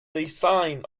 design